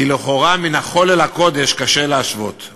לכאורה, קשה להשוות מן החול לקודש.